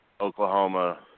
Oklahoma